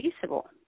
feasible